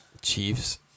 Chiefs